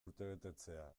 urtebetetzea